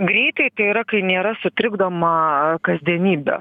greitai tai yra kai nėra sutrikdoma kasdienybė